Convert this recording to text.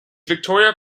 victoria